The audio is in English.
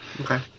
Okay